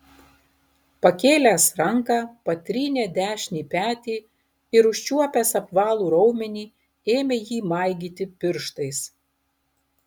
pakėlęs ranką patrynė dešinį petį ir užčiuopęs apvalų raumenį ėmė jį maigyti pirštais